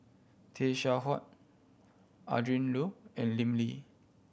Tay Seow Huah Adrin Loi and Lim Lee